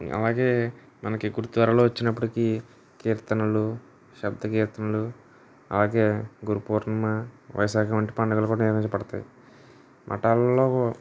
అలాగే మనకి గురుద్వారలో వచ్చినప్పటికీ కీర్తనలు శబ్ద కీర్తనలు అలాగే గురు పూర్ణిమ వైశాఖి వంటి పండగలు కూడా నిర్వహించబడతాయి మతాలలో